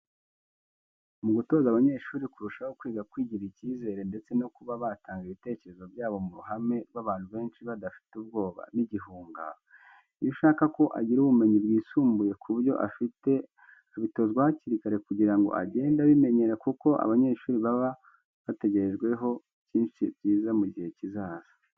Mu gutoza abanyeshuri kurushaho kwiga kwigirira icyizere ndetse no kuba batanga ibitekerezo byabo mu ruhame rw'abantu benshi badafite ubwoba n'igihunga. Iyo ushaka ko agira ubumenyi bwisumbuye ku byo afite abitozwa hakiri kare kugirango agende abimenyera kuko abanyeshuri baba bategerejwe ho byinshi byiza mu gihe kizaza.